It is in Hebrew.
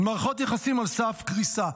מערכות יחסים על סף קריסה.